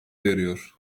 veriyor